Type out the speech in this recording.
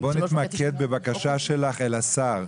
בואי נתמקד בבקשה שלך לשר.